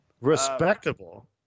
Respectable